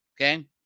okay